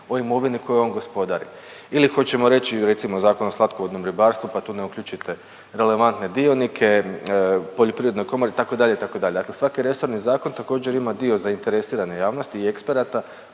o imovini kojom on gospodari ili hoćemo reći recimo Zakon o slatkovodnom ribarstvu pa tu ne uključite relevantne dionike, poljoprivrednu komoru itd., itd., dakle svaki resorni zakon također ima dio zainteresirane javnosti i eksperata